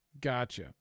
Gotcha